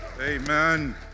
Amen